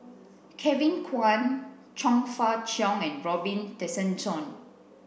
Kevin Kwan Chong Fah Cheong and Robin Tessensohn